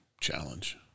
challenge